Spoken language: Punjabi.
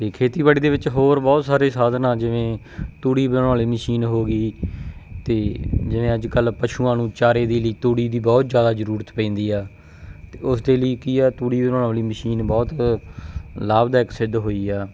ਅਤੇ ਖੇਤੀਬਾੜੀ ਦੇ ਵਿੱਚ ਹੋਰ ਬਹੁਤ ਸਾਰੇ ਸਾਧਨ ਆ ਜਿਵੇਂ ਤੂੜੀ ਬਣਾਉਣ ਵਾਲੀ ਮਸ਼ੀਨ ਹੋ ਗਈ ਅਤੇ ਜਿਵੇਂ ਅੱਜ ਕੱਲ੍ਹ ਪਸ਼ੂਆਂ ਨੂੰ ਚਾਰੇ ਦੇ ਲਈ ਤੂੜੀ ਦੀ ਬਹੁਤ ਜ਼ਿਆਦਾ ਜ਼ਰੂਰਤ ਪੈਂਦੀ ਆ ਅਤੇ ਉਸ ਦੇ ਲਈ ਕੀ ਆ ਤੂੜੀ ਬਣਾਉਣ ਵਾਲੀ ਮਸ਼ੀਨ ਬਹੁਤ ਲਾਭਦਾਇਕ ਸਿੱਧ ਹੋਈ ਆ